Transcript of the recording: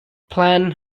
plan